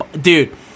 dude